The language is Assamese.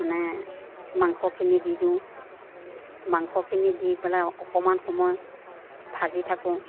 মানে মাংসখিনি দি দিওঁ মাংসখিনি দি পেলাই অকণমান সময় ভাজি থাকোঁ